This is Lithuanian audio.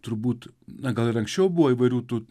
turbūt na gal ir anksčiau buvo įvairių tų